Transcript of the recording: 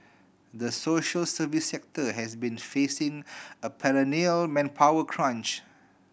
the social service sector has been facing a perennial manpower crunch